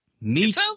Meet